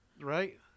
right